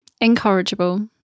incorrigible